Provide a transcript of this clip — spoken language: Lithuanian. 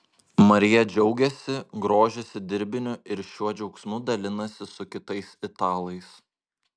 marija džiaugiasi grožisi dirbiniu ir šiuo džiaugsmu dalinasi su kitais italais